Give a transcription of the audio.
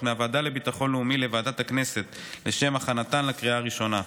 מהוועדה לביטחון לאומי לוועדת הכנסת לשם הכנתן לקריאה הראשונה.